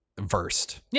versed